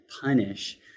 punish